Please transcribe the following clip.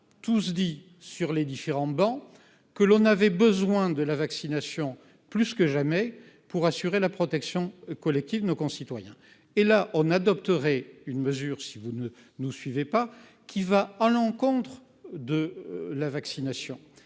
tous dit sur les différentes bancs que l'on avait besoin de la vaccination, plus que jamais pour assurer la protection collective, nos concitoyens, et là on adopterait une mesure si vous ne nous suivait pas qui va à l'encontre de la vaccination